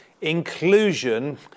inclusion